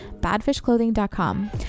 badfishclothing.com